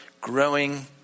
growing